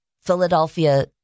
Philadelphia